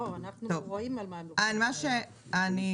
כל נושא תאונות